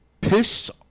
piss